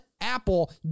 Apple